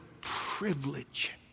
privilege